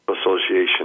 Association